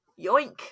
yoink